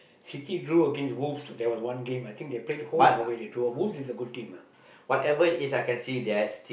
city drew against wolves there was one game I think they paid home ah where they draw wolves is a good team ah